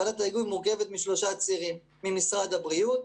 ועדת ההיגוי מורכבת משלושה צירים: משרד הבריאות,